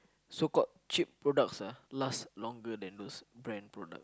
so called cheap products ah last longer than those brand product